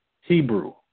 hebrew